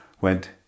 went